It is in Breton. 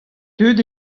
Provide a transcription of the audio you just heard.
deuet